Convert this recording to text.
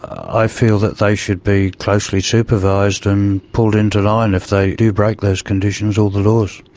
i feel that they should be closely supervised and pulled into line if they do break those conditions or the laws.